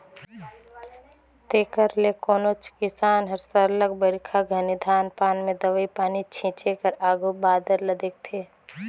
तेकर ले कोनोच किसान हर सरलग बरिखा घनी धान पान में दवई पानी छींचे कर आघु बादर ल देखथे